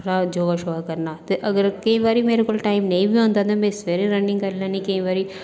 थोह्ड़ा योग शोगा करना ते अगर केईं बारी मेरे कोल टाइम नेईं बी होंदा ते में सेवेरे रनिंग करी लेनी केईं बारी